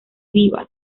vivas